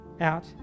out